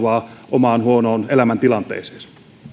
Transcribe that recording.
omaan huonoon elämäntilanteeseensa